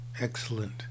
Excellent